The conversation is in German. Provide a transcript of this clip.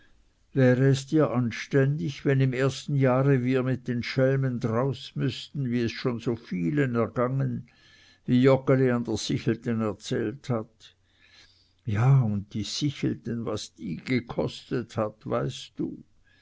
wäre es dir anständig wenn im ersten jahre wir mit dem schelmen draus müßten wie es schon so vielen ergangen wie joggeli an der sichelten erzählt hat ja und die sichelten was die gekostet hat weißt du